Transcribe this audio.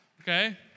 okay